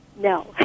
No